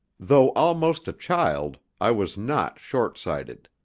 though almost a child, i was not short-sighted.